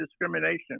discrimination